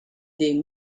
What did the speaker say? des